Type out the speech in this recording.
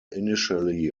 initially